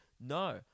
No